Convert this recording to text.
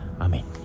Amen